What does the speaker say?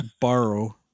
borrow